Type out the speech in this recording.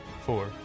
Four